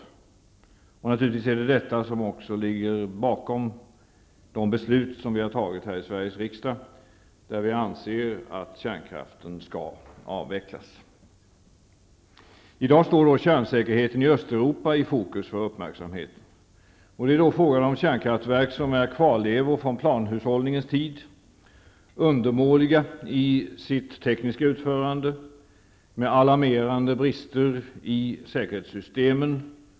Det är naturligtvis också detta som ligger bakom de beslut som vi har fattat här i Sveriges riksdag där vi anser att kärnkraften skall avvecklas. I dag står kärnsäkerheten i Östeuropa i fokus för uppmärksamheten. Det är frågan om kärnkraftverk som är kvarlevor från planhushållningens tid. De är undermåliga i sitt tekniska utförande. De har alarmerande brister i säkerhetssystemen.